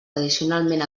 tradicionalment